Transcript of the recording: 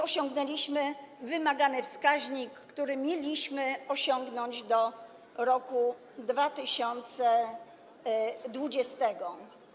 Osiągnęliśmy wymagany wskaźnik, który mieliśmy osiągnąć do roku 2020.